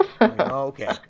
Okay